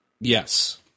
Yes